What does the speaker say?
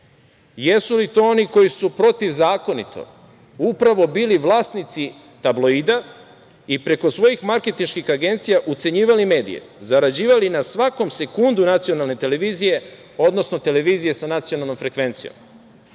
su to oni koji su protivzakonito upravo bili vlasnici tabloida i preko svojih marketinških agencija ucenjivali medije, zarađivali na svakom sekundu nacionalne televizije, odnosno televizije sa nacionalnom frekvencijom.